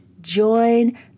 join